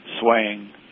swaying